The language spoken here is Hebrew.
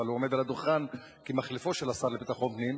אבל הוא עומד על הדוכן כמחליפו של השר לביטחון פנים,